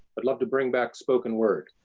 i'd love to bring back spoken word.